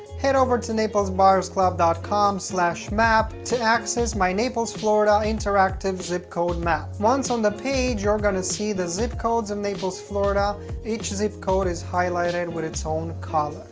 head over to naplesbuyersclub dot com slash map to access my naples florida interactive zip code map. once on the page you're gonna see the zip codes in um naples florida each a zip code is highlighted with its own color.